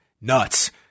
nuts